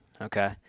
Okay